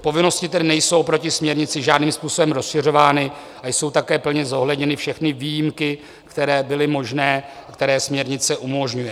Povinnosti tedy nejsou proti směrnici žádným způsobem rozšiřovány a jsou také plně zohledněny všechny výjimky, které byly možné, které směrnice umožňuje.